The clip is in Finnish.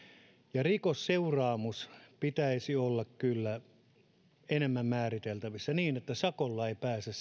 ja rikosseuraamuksen pitäisi olla kyllä enemmän määriteltävissä niin että sakolla siitä ei pääse